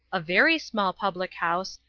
a very small public house,